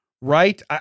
right